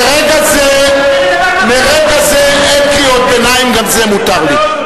מרגע זה אין קריאות ביניים, גם זה מותר לי.